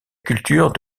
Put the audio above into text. culture